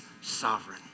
sovereign